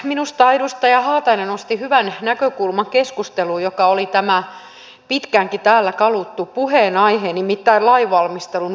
minusta edustaja haatainen nosti keskusteluun hyvän näkökulman joka oli tämä pitkäänkin täällä kaluttu puheenaihe nimittäin lainvalmistelun vaikutusarviointi